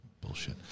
bullshit